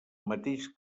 mateix